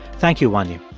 thank you, wanyu